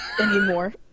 Anymore